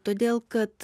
todėl kad